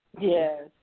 Yes